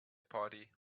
party